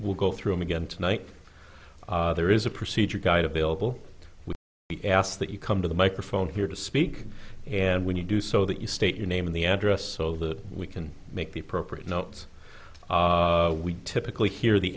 will go through again tonight there is a procedure guide available we ask that you come to the microphone here to speak and when you do so that you state your name in the address so that we can make the appropriate notes we typically hear the